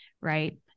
right